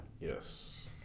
Yes